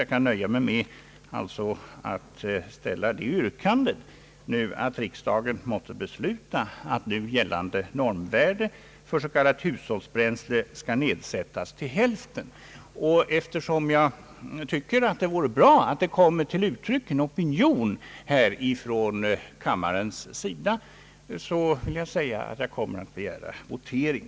Jag skall nöja mig med att ställa yrkandet att riksdagen måtte besluta att nu gällande normvärde för s.k. hushållsbränsle skall nedsättas till hälften. Eftersom jag tycker att det vore bra att en opinion från kammarens sida kommer till uttryck i denna fråga, vill jag säga att jag kommer att begära votering.